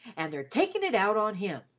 and they're takin' it out on him.